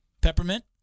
peppermint